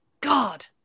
God